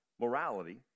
morality